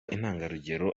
intangarugero